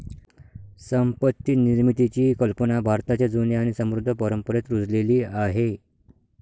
संपत्ती निर्मितीची कल्पना भारताच्या जुन्या आणि समृद्ध परंपरेत रुजलेली आहे